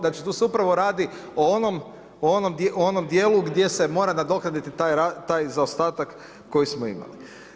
Znači, tu se upravo radi o onom dijelu gdje se mora nadoknaditi taj zaostatak koji smo imali.